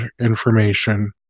information